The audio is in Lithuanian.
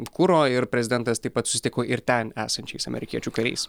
kuro ir prezidentas taip pat susitiko ir ten esančiais amerikiečių kariais